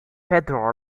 pedro